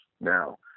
now